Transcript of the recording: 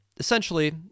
Essentially